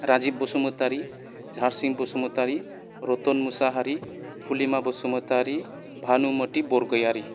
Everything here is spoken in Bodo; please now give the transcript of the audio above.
राजिब बसुमतारी झारसिं बसुमतारी रतन मुसाहारि पुलिमा बसुमतारी भानुमथि बरगयारि